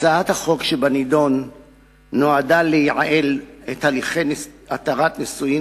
הצעת החוק שבנדון נועדה לייעל את הליכי התרת הנישואין